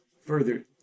further